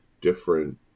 different